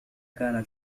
كان